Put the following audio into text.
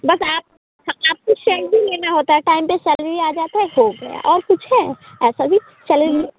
बस आप आपको सैलरी लेना होता है टाइम पर सैलरी आ जाता है हो गया और कुछ है ऐसा भी चैलरी